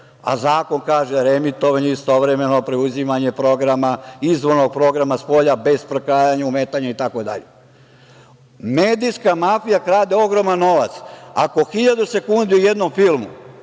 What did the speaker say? Zakon kaže da je reemitovanje istovremeno preuzimanje programa, izvornog programa spolja bez prekrajanja, ometanja, itd. Medijska mafija krade ogroman novac. Ako 1.000 sekundi u jednom filmu,